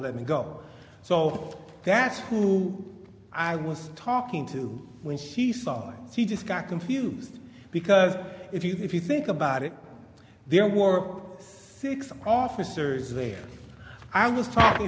him go so that's who i was talking to when he saw he just got confused because if you if you think about it there were six officers there i was talking